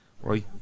Right